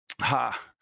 Ha